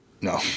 No